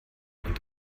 und